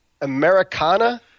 Americana